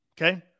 okay